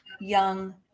young